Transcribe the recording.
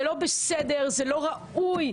זה לא בסדר וזה לא ראוי.